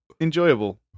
enjoyable